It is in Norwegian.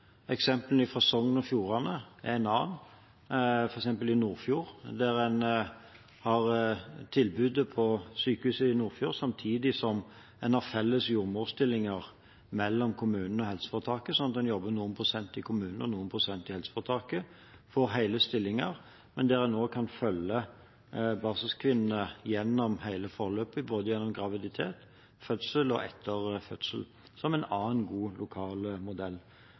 Sogn og Fjordane er andre, f.eks. fra Nordfjord, der en har tilbud på sykehuset i Nordfjord, samtidig som kommunen og helseforetaket har jordmorstillinger felles: En jobber noen prosent i kommunen og noen prosent i helseforetaket – ut fra hele stillinger – men en kan også følge barselkvinnene gjennom hele forløpet, gjennom både graviditet, fødsel og etter fødsel, noe som er en annen god, lokal modell.